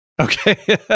Okay